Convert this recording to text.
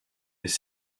des